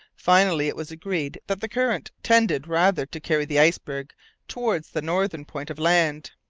finally, it was agreed that the current tended rather to carry the iceberg towards the northern point of land.